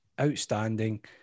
outstanding